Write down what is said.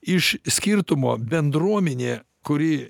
iš skirtumo bendruomenė kuri